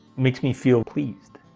makes me feel pleased.